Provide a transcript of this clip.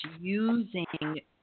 using –